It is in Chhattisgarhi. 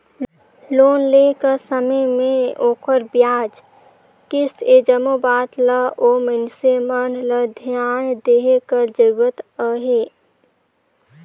लोन लेय कर समे में ओखर बियाज, किस्त ए जम्मो बात ल ओ मइनसे मन ल धियान देहे कर जरूरत अहे